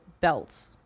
belt